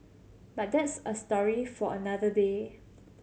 but that's a story for another day